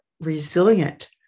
resilient